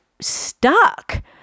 stuck